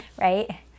right